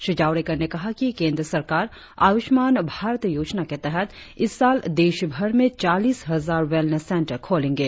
श्री जावड़ेकर ने कहा कि केंद्र सरकार आयुष्मान भारत योजना के तहत इस साल देशभर में चालीस हजार वेलनेस सेंटर खोलेंगे